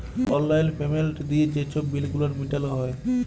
অললাইল পেমেল্ট দিঁয়ে যে ছব বিল গুলান মিটাল হ্যয়